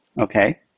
okay